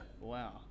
wow